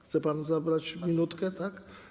Chce pan zabrać minutkę, tak?